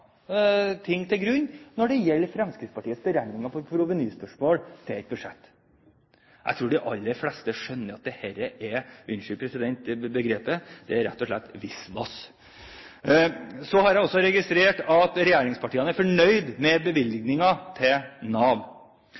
ting til grunn når det gjelder Fremskrittspartiets beregninger i provenyspørsmål til et budsjett. Jeg tror de aller fleste skjønner at dette er – unnskyld begrepet, president – rett og slett visvas. Så har jeg også registrert at regjeringspartiene er fornøyde med bevilgningene til Nav,